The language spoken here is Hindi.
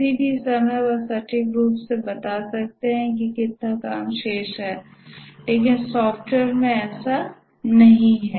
किसी भी समय वह सटीक रूप से बता सकता है कि कितना काम शेष है लेकिन सॉफ्टवेयर में ऐसा नहीं है